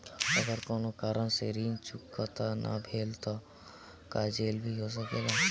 अगर कौनो कारण से ऋण चुकता न भेल तो का जेल भी हो सकेला?